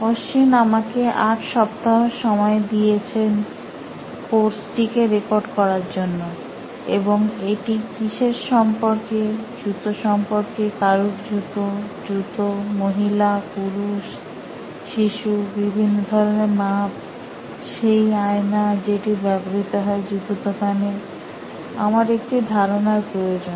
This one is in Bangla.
অশ্বিন আমাকে আট সপ্তাহ সময় দিয়েছেন কোর্সটি কে রেকর্ড করার জন্য এবং এটি কিসের সম্পর্কে জুতো সম্পর্কে কারুর জুতো জুতো মহিলা পুরুষ শিশু বিভিন্ন ধরনের মাপ সেই আয়না যেটি ব্যবহৃত হয় জুতো দোকানে আমার একটি ধারনার প্রয়োজন